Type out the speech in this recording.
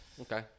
Okay